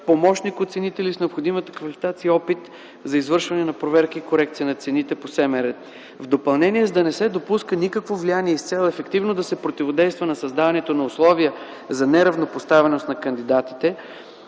помощник-оценители с необходимата квалификация и опит за извършване на проверки и корекции на цените по СМР. В допълнение, за да не се допуска никакво влияние и с цел ефективно да се противодейства на създаването на условия за неравнопоставеност на кандидатите